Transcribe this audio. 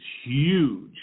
huge